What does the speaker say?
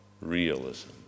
realism